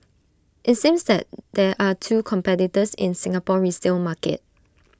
IT seems that there are two competitors in Singapore resale market